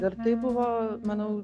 ir tai buvo manau